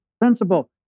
principle